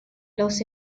los